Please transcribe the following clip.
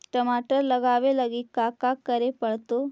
टमाटर लगावे लगी का का करये पड़तै?